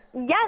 Yes